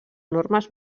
normes